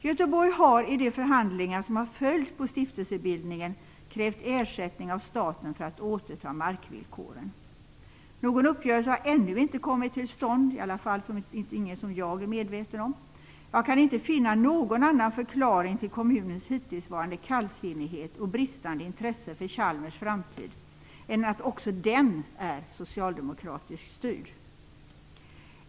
Göteborg har i de förhandlingar som har följt på stiftelsebildningen krävt ersättning av staten för att återta markvillkoren. Någon uppgörelse har ännu inte kommit till stånd, i varje fall inte någon som jag är medveten om. Jag kan inte finna någon annan förklaring till kommunens hittillsvarande kallsinnighet och bristande intresse för Chalmers framtid än att också den är socialdemokratiskt styrd.